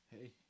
Hey